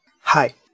Hi